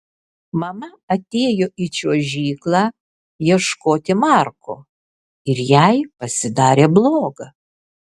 mama atėjo į čiuožyklą ieškoti marko ir jai pasidarė bloga